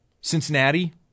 Cincinnati